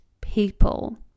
people